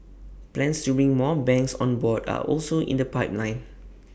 plans to bring more banks on board are also in the pipeline